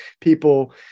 people